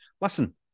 listen